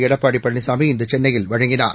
எடப்பாடி பழனிசாமி இன்று சென்னையில் வழங்கினார்